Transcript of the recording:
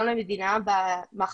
כבר בדרך ותכף אגיד גם על ה-12 מיליון